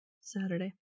Saturday